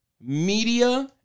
media